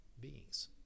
beings